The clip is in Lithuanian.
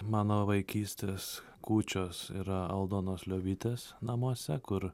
mano vaikystės kūčios yra aldonos liobytės namuose kur